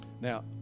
Now